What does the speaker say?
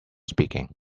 speaking